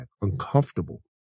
uncomfortable